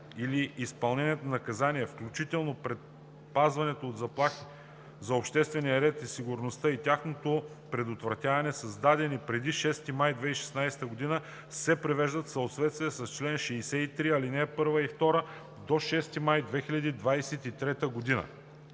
или изпълнението на наказания, включително предпазването от заплахи за обществения ред и сигурност и тяхното предотвратяване, създадени преди 6 май 2016 г., се привеждат в съответствие с чл. 63, ал. 1 и 2 до 6 май 2023 г.“